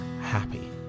happy